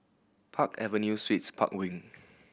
Park Avenue Suites Park Wing